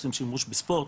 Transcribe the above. עושים שימוש בספורט,